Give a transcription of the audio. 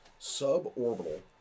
suborbital